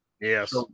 Yes